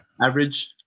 Average